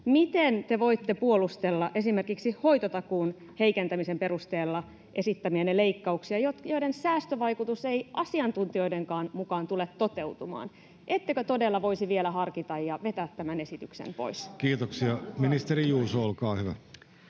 Miten te voitte puolustella esimerkiksi hoitotakuun heikentämisen perusteella esittämiänne leikkauksia, joiden säästövaikutus ei asiantuntijoidenkaan mukaan tule toteutumaan? Ettekö todella voisi vielä harkita ja vetää tämän esityksen pois? [Speech 68] Speaker: Jussi Halla-aho